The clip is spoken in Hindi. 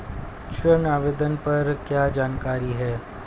ऋण आवेदन पर क्या जानकारी है?